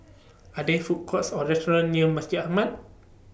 Are There Food Courts Or restaurants near Masjid Ahmad